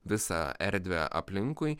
visą erdvę aplinkui